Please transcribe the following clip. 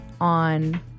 on